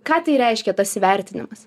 ką tai reiškia tas įvertinimas